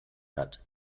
hat